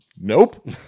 nope